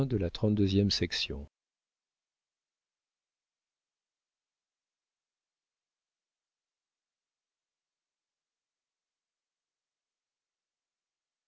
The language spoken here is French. de la porte se